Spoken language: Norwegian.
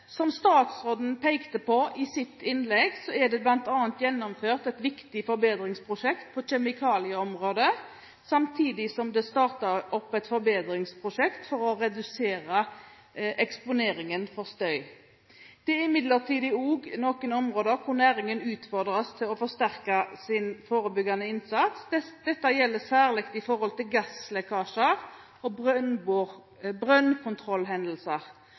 Som statsråden pekte på i sitt innlegg, er det bl.a. gjennomført et viktig forbedringsprosjekt på kjemikalieområdet, samtidig som det er startet opp et forbedringsprosjekt for å redusere eksponering for støy. Det er imidlertid også noen områder hvor næringen utfordres til å forsterke sin forebyggende innsats. Dette gjelder særlig i forhold til gasslekkasjer og brønnkontrollhendelser.